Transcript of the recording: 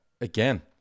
again